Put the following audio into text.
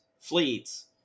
fleets